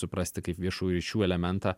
suprasti kaip viešųjų ryšių elementą